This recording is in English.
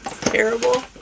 terrible